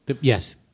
Yes